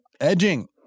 Edging